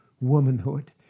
womanhood